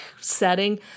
setting